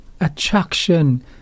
Attraction